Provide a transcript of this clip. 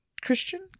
Christian